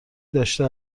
داشته